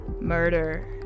murder